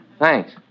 Thanks